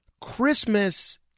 Christmas